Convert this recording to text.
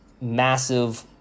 massive